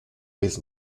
vez